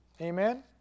Amen